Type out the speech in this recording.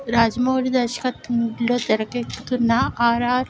రాజమౌళి దర్శకత్వంలో తెరకెక్కుతున్న ఆర్ఆర్